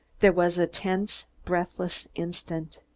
there was a tense, breathless instant.